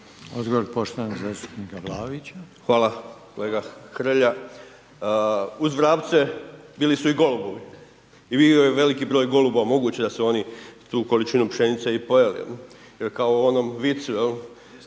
**Vlaović, Davor (HSS)** Hvala, kolega Hrelja, uz vrapce bili su i golubovi i veliki broj golubova moguće da su oni tu količinu pšenice i pojeli jel, jer kao u onom vicu